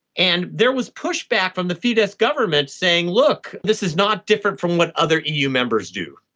and there was pushback from the fidesz government saying, look, this is not different from what other eu members do.